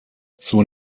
zur